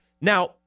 Now